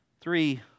Three